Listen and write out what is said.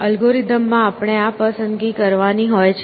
algorithm માં આપણે આ પસંદગી કરવાની હોય છે